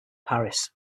paris